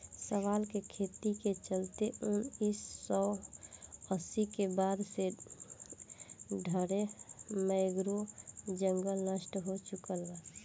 शैवाल के खेती के चलते उनऽइस सौ अस्सी के बाद से ढरे मैंग्रोव जंगल नष्ट हो चुकल बा